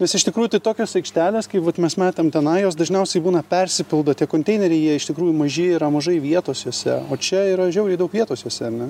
nes iš tikrųjų tai tokios aikštelės kaip vat mes matėm tenai jos dažniausiai būna persipildo tie konteineriai jie iš tikrųjų maži yra mažai vietos juose o čia yra žiauriai daug vietos visi ar ne